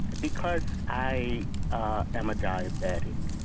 because i ah am a diabetic,